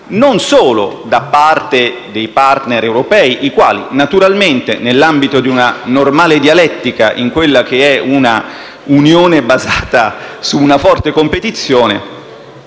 non solo da parte dei *partner* europei, i quali naturalmente, nell'ambito di una normale dialettica in quella che è una Unione basata su una forte competizione,